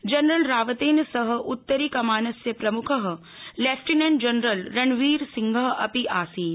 general रावतेन सह उत्तरी कमानस्य प्रमुखः लेफ्टिनेंट जनरल रणबीरसिंहः अपि आसीत्